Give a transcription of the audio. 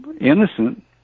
innocent